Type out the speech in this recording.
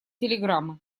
телеграммы